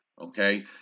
okay